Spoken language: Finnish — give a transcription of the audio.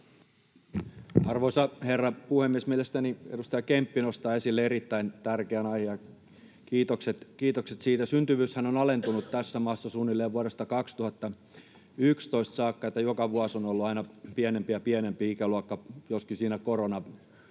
Arvoisa herra puhemies! Mielestäni edustaja Kemppi nostaa esille erittäin tärkeän aiheen, ja kiitokset siitä. — Syntyvyyshän on alentunut tässä maassa suunnilleen vuodesta 2011 saakka, niin että joka vuosi on ollut aina pienempi ja pienempi ikäluokka, joskin siinä koronavuosina